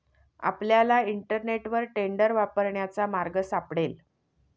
आपल्याला इंटरनेटवर टेंडर वापरण्याचा मार्ग सापडेल